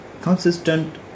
consistent